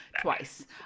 Twice